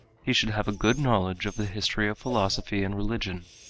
he should have a good knowledge of the history of philosophy and religion,